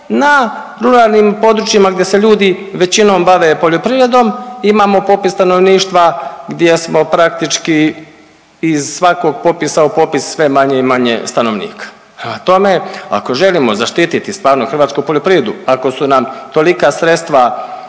na ruralnim područjima gdje se ljudi većinom bave poljoprivredom imamo popis stanovništva gdje smo praktički iz svakog popisa u popis sve manje i manje stanovnika. Prema tome, ako želimo zaštiti stvarno hrvatsku poljoprivredu, ako su nam tolika sredstva